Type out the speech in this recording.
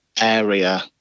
area